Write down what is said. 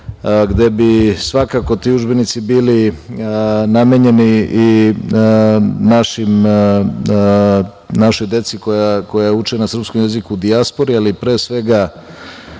gde bi svakako ti udžbenici bili namenjeni i našoj deci koja uče na srpskom jeziku u dijaspori, ali pre svega